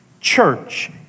Church